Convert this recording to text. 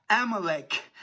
Amalek